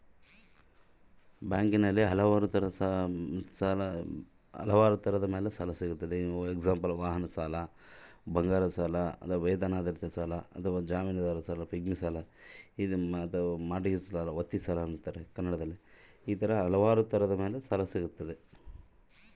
ಯಾವುದರ ಮೇಲೆ ಬ್ಯಾಂಕ್ ಸಾಲ ಕೊಡ್ತಾರ?